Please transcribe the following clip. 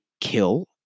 kill